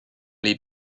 les